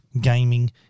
gaming